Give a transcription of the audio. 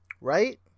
Right